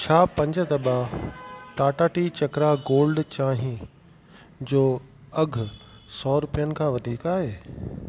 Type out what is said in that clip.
छा पंज दबा टाटा टी चक्रा गोल्ड चांहि जो अघि सौ रुपियनि खां वधीक आहे